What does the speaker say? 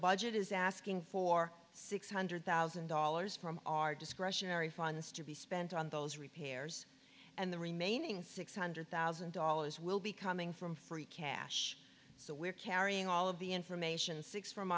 budget is asking for six hundred thousand dollars from our discretionary funds to be spent on those repairs and the remaining six hundred thousand dollars will be coming from free cash so we're carrying all of the information six from